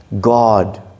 God